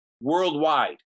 worldwide